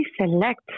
select